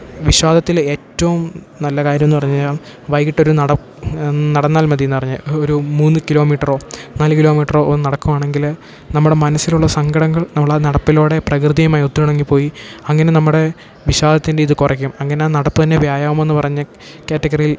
വിഷാദത്തിൽ ഏറ്റവും നല്ല കാര്യമെന്നു പറഞ്ഞു കഴിഞ്ഞാൽ വൈകിയിട്ടൊരു നട നടന്നാൽ മതിയെന്നാണ് പറഞ്ഞ ഒരു മൂന്ന് കിലോമീറ്ററോ നാല് കിലോമീറ്ററോ ഒന്ന് നടക്കുകയാണെങ്കിൽ നമ്മുടെ മനസ്സിലുള്ള സങ്കടങ്ങൾ നമ്മളാ നടപ്പിലൂടെ പ്രകൃതിയുമായി ഒത്തിണങ്ങിപ്പോയി അങ്ങനെ നമ്മുടെ വിഷാദത്തിൻ്റെ ഇത് കുറയ്ക്കും അങ്ങനെയാണ് നടക്കുന്നത് വ്യായാമമെന്നു പറഞ്ഞത് കാറ്റഗറിയിൽ